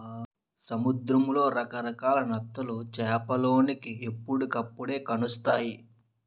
సముద్రంలో రకరకాల నత్తలు చేపలోలికి ఎప్పుడుకప్పుడే కానొస్తాయి